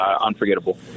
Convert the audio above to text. unforgettable